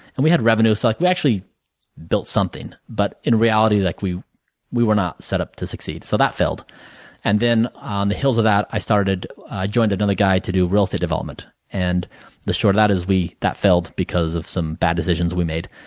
and we had revenue. so, like we actually built something, but in reality like we we were not set up to succeed. so, that failed and then on the hills of that i joined another guy to do real estate development and the short of that is that failed because of some bad decisions we made.